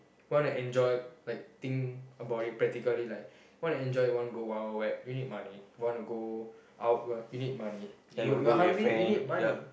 want to enjoy like think about it practically like want to enjoy want go Wild Wild Wet you need money want to go out you you need money you you're hungry you need money